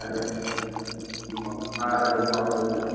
hello जी कौन हाँ हेलो कौन बोल रहा है